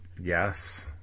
Yes